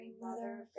mother